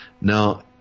Now